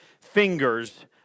fingers